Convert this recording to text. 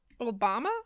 obama